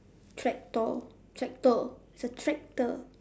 tractor tractor it's a tractor